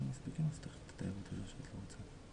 אני אצטרף לדברים שנאמרו.